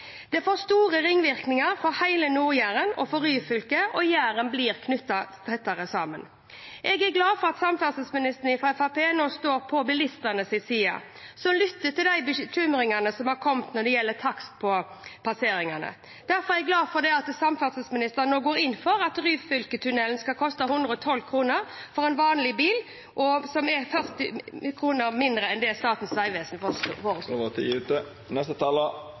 Det får store ringvirkninger for hele Nord-Jæren og for Ryfylke, og Jæren blir knyttet tettere sammen. Jeg er glad for at samferdselsministeren fra Fremskrittspartiet står på bilistenes side og lytter til de bekymringene som har kommet når det gjelder takst på passeringene. Derfor er jeg glad for at samferdselsministeren nå går inn for at Ryfylketunellen skal koste 112 kr for en vanlig bil , som er 40 kr mindre enn det Statens vegvesen foreslo. Då var tida ute.